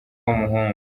w’umuhungu